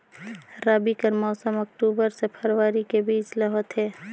रबी कर मौसम अक्टूबर से फरवरी के बीच ल होथे